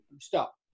Stop